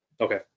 Okay